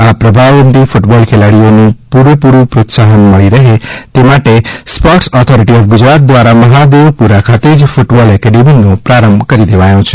આ પ્રતિભાવંત કૃટબોલ ખેલાડીઓને પૂરતું પ્રોત્સાહન મળી રહે તે માટે સ્પોટ્ર્સ ઑથોરિટી ઓફ ગુજરાત દ્વારા મહાદેવપુરા ખાતે જ ફૂટબોલ એકેડેમીનો પ્રારંભ કરી દેવાયો છે